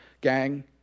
Gang